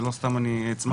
ולא סתם הצמדתי